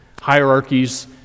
hierarchies